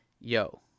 yo